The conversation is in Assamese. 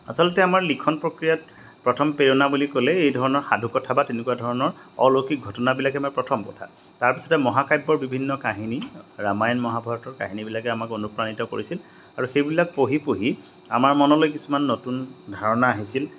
আচলতে আমাৰ লিখন প্ৰক্ৰিয়াত প্ৰথম প্ৰেৰণা বুলি ক'লে এই ধৰণৰ সাধুকথা বা তেনেকুৱা ধৰণৰ অলৌকিক ঘটনাবিলাকেই আমাৰ প্ৰথম কথা তাৰপিছতে মহাকাব্যৰ বিভিন্ন কাহিনী ৰামায়ণ মহাভাৰতৰ কাহিনীবিলাকে আমাক অনুপ্ৰাণিত কৰিছিল আৰু সেইবিলাক পঢ়ি পঢ়ি আমাৰ মনলৈ কিছুমান নতুন ধাৰণা আহিছিল